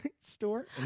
store